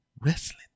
wrestling